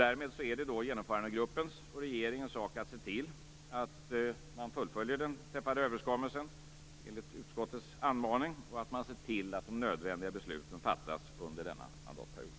Därmed är det genomförandegruppens och regeringens sak att se till att man fullföljer den träffade överenskommelsen enligt utskottets anmaning och att de nödvändiga besluten fattas under denna mandatperiod.